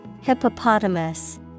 Hippopotamus